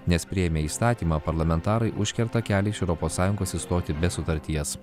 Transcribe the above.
nes priėmę įstatymą parlamentarai užkerta kelią iš europos sąjungos išstoti be sutarties